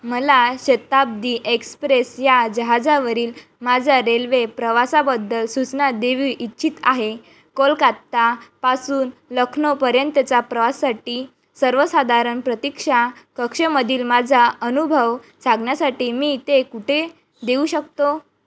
मला शताब्दी एक्सप्रेस या जहाजावरील माझा रेल्वे प्रवासाबद्दल सूचना देऊ इच्छित आहे कोलकात्तापासून लखनौपर्यंतचा प्रवाससाठी सर्वसाधारण प्रतीक्षा कक्षेमधील माझा अनुभव सांगण्यासाठी मी ते कुठे देऊ शकतो